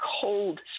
cold